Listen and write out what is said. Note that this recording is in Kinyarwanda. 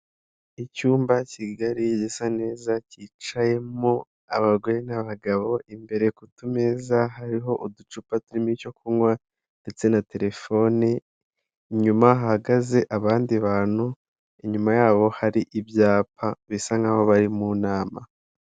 Icyumba kigari gisa neza cyicayemo abagore n'abagabo, imbere ku tumeza hariho uducupa turimo icyo kunywa ndetse na telefoni, inyuma hahagaze abandi bantu, inyuma yabo hari ibyapa bisa nk'aho bari mu nama.